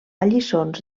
lliçons